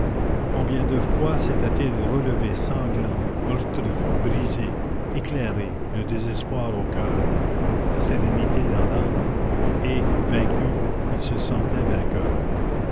combien de fois s'était-il relevé sanglant meurtri brisé éclairé le désespoir au coeur la sérénité dans l'âme et vaincu il se sentait vainqueur